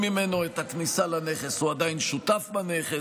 ממנו את הכניסה לנכס הוא עדיין שותף בנכס.